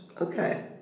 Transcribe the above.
Okay